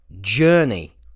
Journey